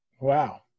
Wow